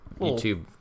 youtube